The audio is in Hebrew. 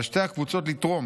על שתי הקבוצות לתרום,